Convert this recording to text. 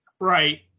Right